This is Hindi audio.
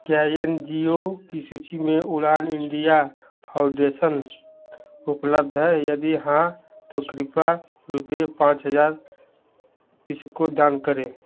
क्या एन जी ओ की सूची में उड़ान इंडिया फाउंडेशन उपलब्ध है यदि हाँ तो कृपया रूपये पाँच हजार इसको दान करें